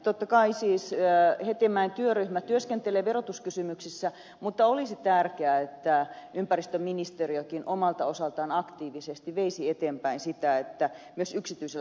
totta kai siis hetemäen työryhmä työskentelee verotuskysymyksissä mutta olisi tärkeää että ympäristöministeriökin omalta osaltaan aktiivisesti veisi eteenpäin sitä että myös yksityiselle kaatopaikalle otettaisiin käyttöön tämä